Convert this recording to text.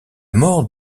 mort